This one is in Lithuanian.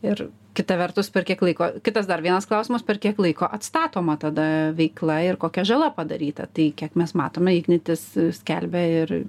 ir kita vertus per kiek laiko kitas dar vienas klausimas per kiek laiko atstatoma tada veikla ir kokia žala padaryta tai kiek mes matome ignitis skelbia ir